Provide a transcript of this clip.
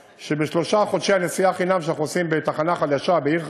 שבשלושה חודשי הנסיעה חינם שאנחנו עושים בתחנה חדשה בעיר,